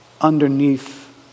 underneath